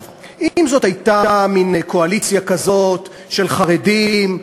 אם זאת הייתה מין קואליציה כזאת של חרדים,